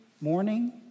morning